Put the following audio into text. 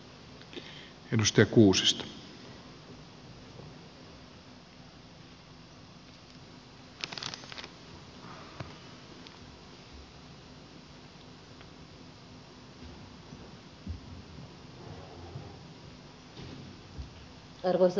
arvoisa puhemies